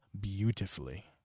beautifully